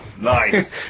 Nice